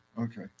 okay